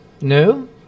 No